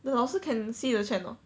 the 老师 can see the chat or not